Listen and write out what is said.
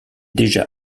déjà